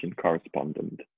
correspondent